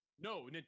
No